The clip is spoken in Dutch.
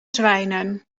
zwijnen